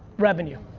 revenue.